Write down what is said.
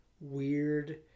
weird